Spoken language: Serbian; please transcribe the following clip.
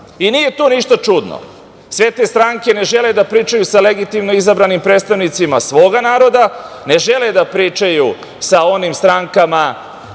Nije to ništa čudno, sve te stranke ne žele da pričaju sa legitimno izabranim predstavnicima svog naroda, ne žele da pričaju sa onim strankama